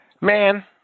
Man